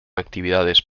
actividades